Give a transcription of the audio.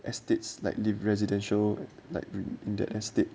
estates like the residential like in that estate